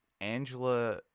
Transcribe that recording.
Angela